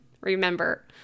Remember